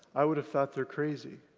i would have thought they're crazy.